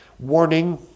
Warning